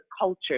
culture